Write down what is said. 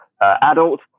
adult